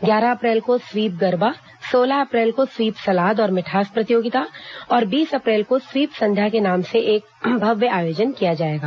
ग्यारह अप्रैल को स्वीप गरबा सोलह अप्रैल को स्वीप सलाद और मिठास प्रतियोगिता और बीस अप्रैल को स्वीप संध्या के नाम से एक भव्य आयोजन किया जाएगा